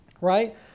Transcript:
right